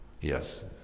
yes